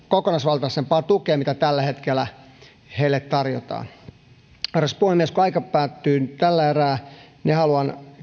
kokonaisvaltaisempaa tukea kuin heille tällä hetkellä tarjotaan arvoisa puhemies kun aika päättyy tällä erää niin haluan